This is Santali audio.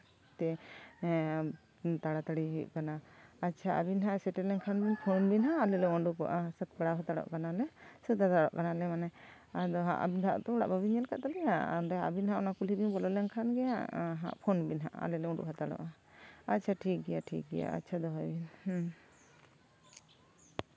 ᱚᱱᱟ ᱠᱷᱟᱹᱛᱤᱨ ᱛᱮ ᱛᱟᱲᱟᱛᱟᱹᱲᱤ ᱦᱩᱭᱩᱜ ᱠᱟᱱᱟ ᱟᱪᱪᱷᱟ ᱟᱵᱤᱱ ᱦᱟᱸᱜ ᱥᱮᱴᱮᱨ ᱞᱮᱱᱠᱷᱟᱱ ᱯᱷᱳᱱ ᱵᱤᱱ ᱦᱟᱸᱜ ᱟᱞᱮ ᱞᱮ ᱚᱸᱰᱚᱠᱚᱜᱼᱟ ᱥᱟᱯᱲᱟᱣ ᱦᱟᱛᱟᱲᱚᱜ ᱠᱟᱱᱟᱞᱮ ᱥᱟᱹᱛ ᱦᱟᱛᱟᱲᱚᱜ ᱠᱟᱱᱟᱞᱮ ᱟᱫᱚ ᱦᱟᱸᱜ ᱟᱵᱤᱱ ᱛᱚ ᱚᱲᱟᱜ ᱵᱟᱵᱤᱱ ᱧᱮᱞ ᱠᱟᱫ ᱛᱟᱞᱮᱭᱟ ᱟᱵᱮᱱ ᱦᱟᱸᱜ ᱚᱱᱟ ᱠᱩᱞᱦᱤ ᱵᱮᱱ ᱵᱚᱞᱚ ᱞᱮᱱ ᱠᱷᱟᱱ ᱜᱮ ᱦᱟᱸᱜ ᱯᱷᱳᱱ ᱵᱤᱱ ᱦᱟᱸᱜ ᱟᱞᱮ ᱞᱮ ᱩᱰᱩᱝ ᱦᱟᱛᱟᱲᱚᱜᱼᱟ ᱟᱪᱪᱷᱟ ᱴᱷᱤᱠ ᱜᱮᱭᱟ ᱴᱷᱤᱠ ᱜᱮᱭᱟ ᱟᱪᱪᱷᱟ ᱫᱚᱦᱚᱭ ᱵᱤᱱ ᱦᱩᱸ